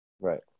right